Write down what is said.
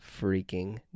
freaking